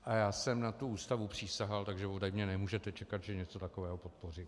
A já jsem na tu Ústavu přísahal, takže ode mě nemůžete čekat, že něco takového podpořím.